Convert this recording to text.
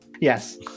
Yes